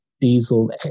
diesel